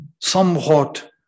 somewhat